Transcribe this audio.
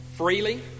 Freely